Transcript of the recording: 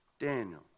Daniel